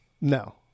No